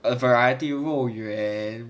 a variety 肉圆